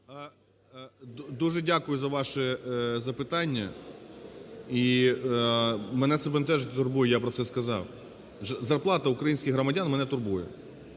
Дуже дякую за ваше запитання. І мене це бентежить і турбує, я про це сказав. Зарплата українських громадян мене турбує,